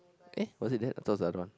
eh was it that I thought it's the other one